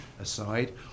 aside